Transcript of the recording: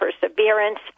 perseverance